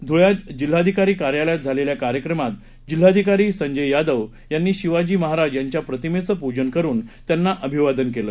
धुळ्यात जिल्हाधिकारी कार्यालयात झालेल्या कार्यक्रमात जिल्हाधिकारी संजय यादव यांनी शिवाजी महाराज यांच्या प्रतिमेचं पूजन करून त्यांना अभिवादन केलं